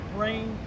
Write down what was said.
Brain